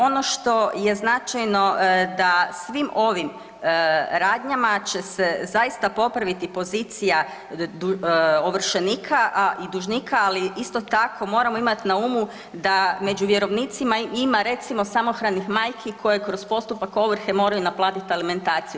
Ono što je značajno da svim ovim radnjama će se zaista popraviti pozicija ovršenika, a i dužnika, ali isto tako moramo imat na umu da među vjerovnicima ima recimo samohranih majki koje kroz postupak moraju naplatit alimentaciju.